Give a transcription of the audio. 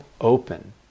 open